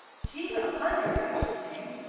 she's a hundred, i should think,